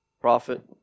prophet